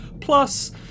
Plus